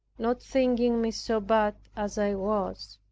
not thinking me so bad as i was.